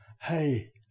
Hey